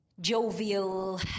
jovial